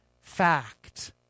fact